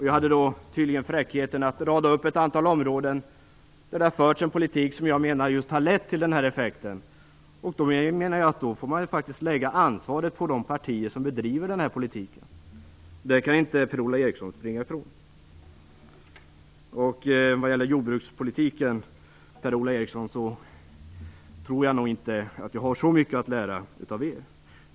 Jag hade då fräckheten att räkna upp ett antal områden där det har förts en politik som har lett till den här effekten. Då får man lägga ansvaret på de partier som bedriver denna politik. Det kan Per-Ola Eriksson inte springa ifrån. När det gäller jordbrukspolitiken, Per-Ola Eriksson, tror jag nog inte att jag har så mycket att lära av er.